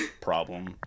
problem